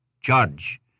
judge